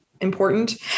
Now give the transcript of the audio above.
important